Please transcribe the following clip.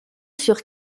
sur